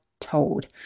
told